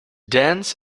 dance